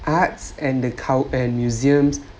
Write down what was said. arts and the cul~ and museums